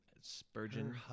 Spurgeon